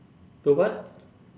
the what